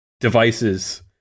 devices